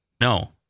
No